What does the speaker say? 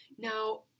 Now